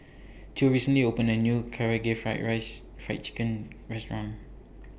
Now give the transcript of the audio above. Theo recently opened A New Karaage Fried Rice Fried Chicken Restaurant